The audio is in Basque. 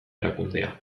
erakundea